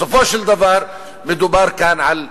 בסופו של דבר מדובר כאן על אזרחים,